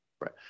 Right